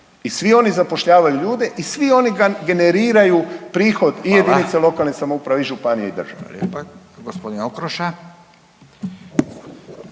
i svi oni zapošljavaju ljude i svi oni generiraju prihod i jedinice lokalne samouprave .../Upadica: